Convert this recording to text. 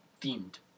themed